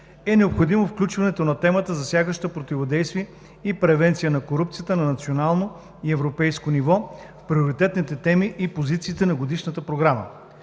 е необходимо включването на темата, засягаща противодействието и превенцията на корупцията на национално и европейско ниво, в приоритетните теми и позиции на Годишната програма.